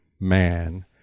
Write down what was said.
man